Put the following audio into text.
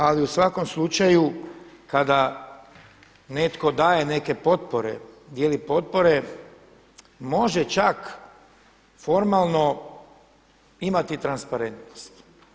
Ali u svakom slučaju kada netko daje neke potpore, dijeli potpore može čak formalno imati transparentnost.